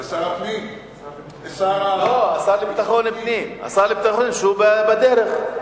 השר לביטחון פנים בדרך.